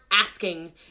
asking